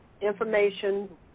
information